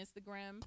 Instagram